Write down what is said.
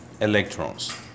electrons